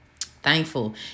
thankful